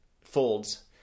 folds